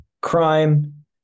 crime